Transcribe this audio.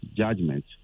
judgment